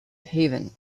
haven